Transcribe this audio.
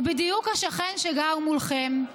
הוא בדיוק השכן שגר מולכם,